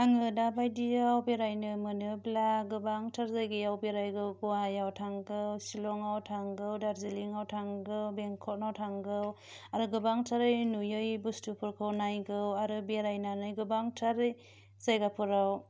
आङो दा बायदियाव बेरायनो मोनोब्ला गोबांथार जायगायाव बेरायगौ गवायाव थांगौ शिलंआव थागौ दार्जिलिंआव थांगौ बेंककआव थांगौ आरो गोबांथारै नुयै बुस्थुफोरखौ नायगौ आरो बेरायनानै गोबांथारै जायगाफोराव